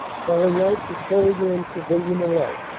calling out to soldier and civilian alike,